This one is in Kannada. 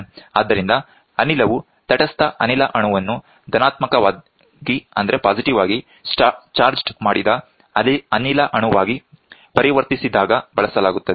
ಆದ್ದರಿಂದ ಅನಿಲವು ತಟಸ್ಥ ಅನಿಲ ಅಣುವನ್ನು ಧನಾತ್ಮಕವಾಗಿ ಚಾರ್ಜ್ಡ್ ಮಾಡಿದ ಅನಿಲ ಅಣುವಾಗಿ ಪರಿವರ್ತಿಸಿದಾಗ ಬಳಸಲಾಗುತ್ತದೆ